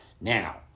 Now